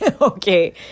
Okay